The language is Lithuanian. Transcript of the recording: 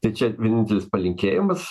tai čia vienintelis palinkėjimas